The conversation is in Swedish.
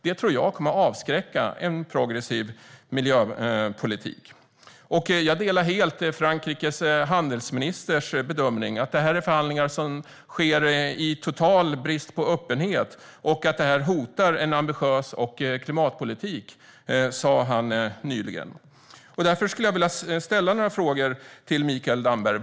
Det tror jag kommer att avskräcka från att föra en progressiv miljöpolitik. Jag delar också helt Frankrikes handelsministers bedömning att detta är förhandlingar som sker i total brist på öppenhet och att det hotar en ambitiös klimatpolitik, vilket han sa nyligen. Jag skulle vilja ställa några frågor till Mikael Damberg.